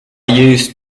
used